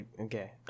okay